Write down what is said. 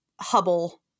Hubble